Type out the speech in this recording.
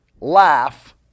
laugh